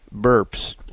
burps